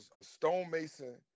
stonemason